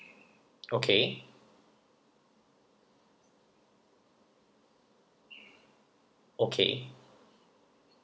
okay okay